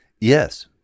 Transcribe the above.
Yes